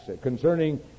concerning